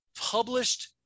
published